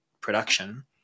production